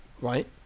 Right